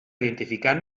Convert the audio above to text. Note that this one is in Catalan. identificar